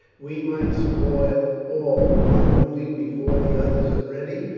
we might spoil all by moving before the others are ready.